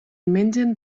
mengen